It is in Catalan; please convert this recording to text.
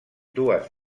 dues